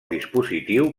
dispositiu